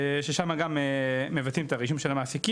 שם גם מבצעים את הרישום של המעסיקים,